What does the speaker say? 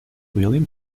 william